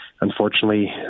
unfortunately